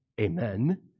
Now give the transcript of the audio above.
Amen